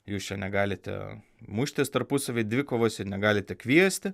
jūs čia negalite muštis tarpusavio dvikovose negalite kviesti